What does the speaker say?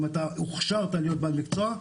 אם אתה הוכשרת להיות בעל מקצוע,